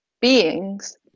beings